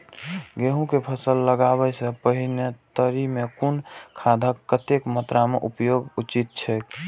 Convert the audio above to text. गेहूं के फसल लगाबे से पेहले तरी में कुन खादक कतेक मात्रा में उपयोग उचित छेक?